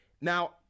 Now